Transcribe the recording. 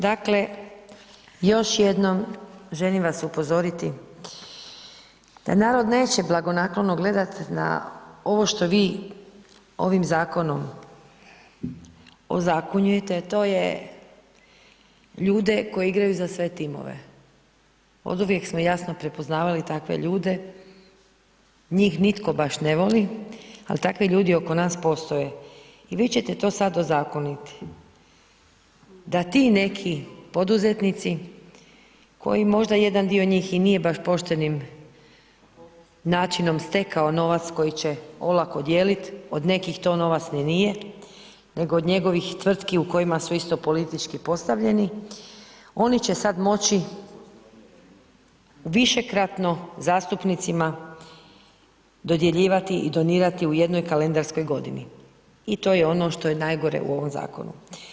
Dakle, još jednom želim vas upozoriti da narod neće blagonaklono gledat na ovo što vi ovim zakonom ozakonjujete, to je ljude koji igraju za sve timove, oduvijek smo jasno prepoznavali takve ljude, njih nitko baš ne voli, al takvi ljudi oko nas postoje i vi ćete to sad ozakoniti, da ti neki poduzetnici koji možda jedan dio njih i nije baš poštenim načinom stekao novac koji će olako dijelit, od nekih to novac ni nije, nego od njegovih tvrtki u kojima su isto politički postavljeni, oni će sad moći višekratno zastupnicima dodjeljivati i donirati u jednoj kalendarskoj godini i to je ono što je najgore u ovom zakonu.